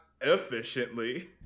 efficiently